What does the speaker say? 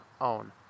own